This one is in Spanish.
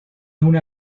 una